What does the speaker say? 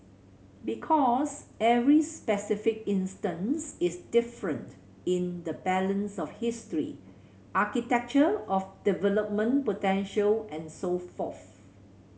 because every specific instance is different in the balance of history architecture of development potential and so forth